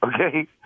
Okay